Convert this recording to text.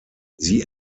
sie